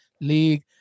League